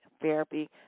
therapy